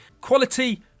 quality